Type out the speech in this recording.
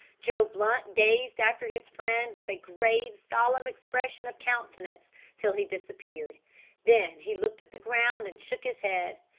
joe blunt gazed after his friend with a grave, solemn expression of countenance till he disappeared then he looked at the ground and shook his head.